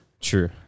True